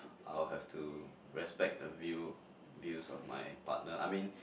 I will have to respect the view views of my partner I mean